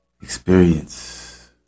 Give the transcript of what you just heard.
Experience